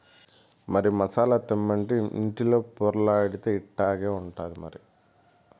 మరి మసాలా తెమ్మంటే ఇంటిలో పొర్లాడితే ఇట్టాగే ఉంటాది మరి